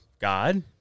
God